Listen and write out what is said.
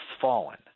fallen